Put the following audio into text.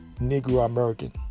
Negro-American